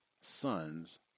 son's